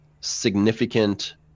significant